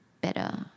better